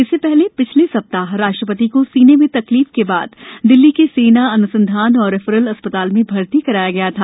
इससे पहले पिछले सप्ताह राष्ट्रपति को सीने में तकलीफ के बाद दिल्ली के सेना अन्संधान और रेफरल अस्पताल में भर्ती कराया गया था